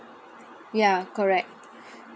ya correct